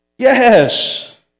Yes